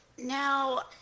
Now